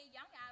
Young